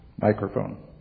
Microphone